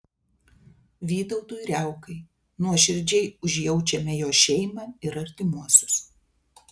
vytautui riaukai nuoširdžiai užjaučiame jo šeimą ir artimuosius